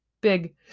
Big